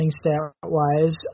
stat-wise